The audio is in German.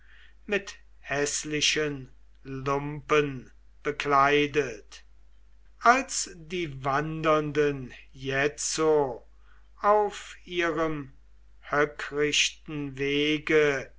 mit häßlichen lumpen bekleidet als die wandernden jetzo auf ihrem höckrichten wege